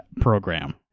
program